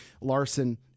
Larson